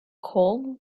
colne